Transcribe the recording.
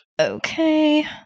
Okay